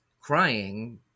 crying